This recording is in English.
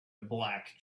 black